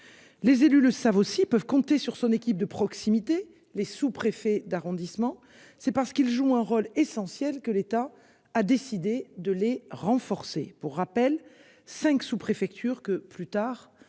Les élus le savent aussi peuvent compter sur son équipe de proximité les sous-préfets d'arrondissement c'est parce qu'il joue un rôle essentiel que l'État a décidé de les renforcer. Pour rappel, cinq sous-préfecture que plus tard